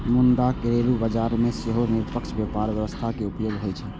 मुदा घरेलू बाजार मे सेहो निष्पक्ष व्यापार व्यवस्था के उपयोग होइ छै